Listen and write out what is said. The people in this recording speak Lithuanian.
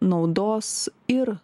naudos ir